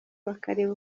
bakareka